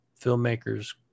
filmmakers